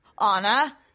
Anna